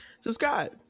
Subscribe